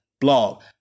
blog